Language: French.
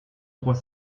trois